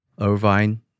Irvine